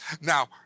Now